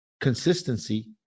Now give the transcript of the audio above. consistency